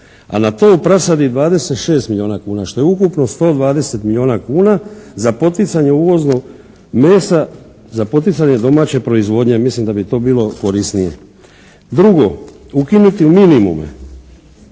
A na tov prasadi 26 milijuna kuna, što je ukupno 120 milijuna kuna za poticanje uvoznog mesa, za poticanje domaće proizvodnje. Mislim da bi to bilo korisnije. Drugo, ukinuti minimume.